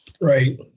Right